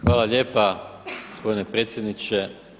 Hvala lijepa gospodine predsjedniče.